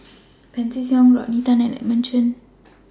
Pancy Seng Rodney Tan and Edmund Chen